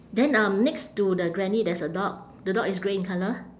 then um next to the granny there's a dog the dog is grey in colour